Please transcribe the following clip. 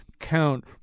Count